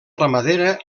ramadera